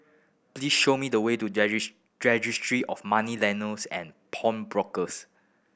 please show me the way to Registry of Moneylenders and Pawnbrokers